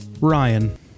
Ryan